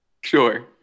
Sure